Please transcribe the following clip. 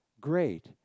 great